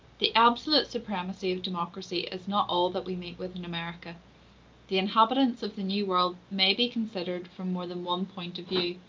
the absolute supremacy of democracy is not all that we meet with in america the inhabitants of the new world may be considered from more than one point of view.